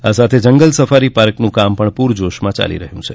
આ સાથે જંગલ સફારી પાર્કનું કામ પણ પુરજોશમાં ચાલી રહયું છે